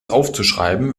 aufzuschreiben